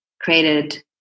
created